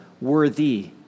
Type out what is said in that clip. worthy